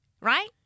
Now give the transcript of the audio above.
right